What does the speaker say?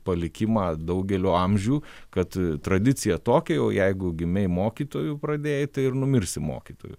palikimą daugelių amžių kad tradicija tokia jau jeigu gimei mokytoju pradėjai tai ir numirsi mokytoju